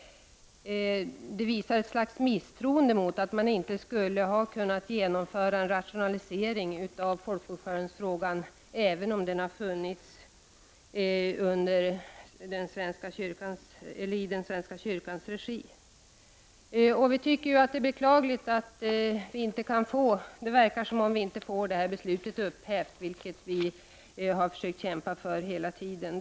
Det visar bristande tilltro till att rationaliseringar av folkbokföringen hade kunnat genomföras i Svenska kyrkans regi. Det verkar som om vi inte kan få det tidigare beslutet upphävt, vilket vi hela tiden kämpat för. Det är beklagligt.